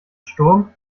sturm